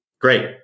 great